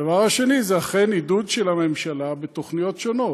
הדבר השני הוא אכן עידוד של הממשלה בתוכניות שונות,